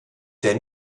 der